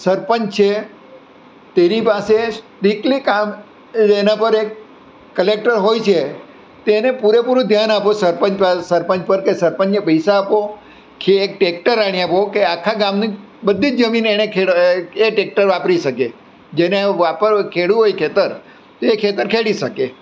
સરપંચ છે તેની પાસે સ્ટ્રીકલી કામ એના પર એક કલેકટર હોય છે તેને પૂરેપુરૂં ધ્યાન આપો સરપંચ સરપંચ પર કે સરપંચને પૈસા આપો કે એક ટેક્ટર આણી આપો કે આખા ગામની બધી જ જમીન એણે એ ટેક્ટર વાપરી શકે જેને આ વાપરવું ખેડવું હોય ખેતર તો એ ખેતર ખેડી શકે